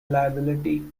liability